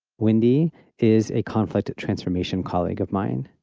wendy is a conflict transformation colleague of mine.